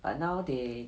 but now they